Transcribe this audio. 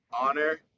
honor